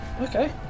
okay